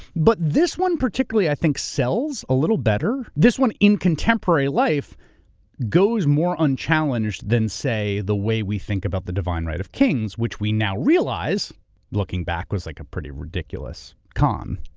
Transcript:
but this one particularly i think sells a little better. this one in contemporary life goes more unchallenged than say the way we think about the divine right of kings, which we now realize looking back was like a pretty ridiculous con.